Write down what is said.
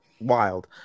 wild